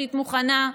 התשתית מוכנה.